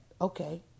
Okay